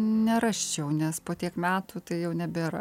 nerasčiau nes po tiek metų tai jau nebėra